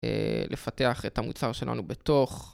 לפתח את המוצר שלנו בתוך